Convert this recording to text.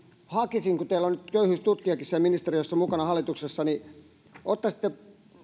hakisin kun teillä on nyt köyhyystutkijakin siellä ministeriössä mukana hallituksessa että ottaisitte